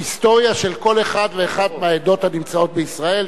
ההיסטוריה של כל אחת ואחת מהעדות הנמצאות בישראל,